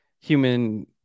human